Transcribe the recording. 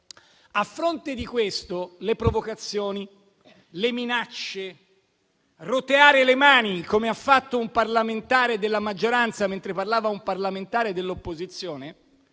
A fronte di questo, le provocazioni, le minacce, il roteare le mani, come ha fatto un parlamentare della maggioranza mentre parlava un parlamentare dell'opposizione,